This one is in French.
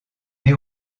née